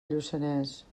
lluçanès